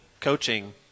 coaching